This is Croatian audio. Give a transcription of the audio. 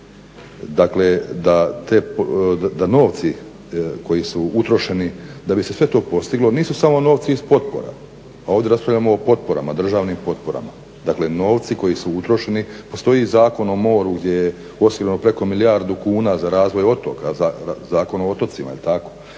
da novci koji su utrošeni da bi se sve to postiglo nisu samo novci iz potpora, a ovdje raspravljamo o potporama, državnim potporama. Dakle novci koji su utrošeni, postoji i Zakon o moru gdje je osigurano preko milijardu kuna za razvoj otoka, Zakon o otocima. Prema